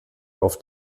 auf